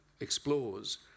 explores